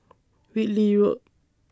Whitley Road